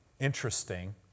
Interesting